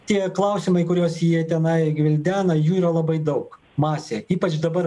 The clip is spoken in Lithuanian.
tie klausimai kuriuos jie tenai gvildena jų yra labai daug masė ypač dabar